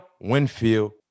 Winfield